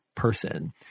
person